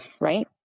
right